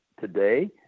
today